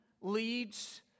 leads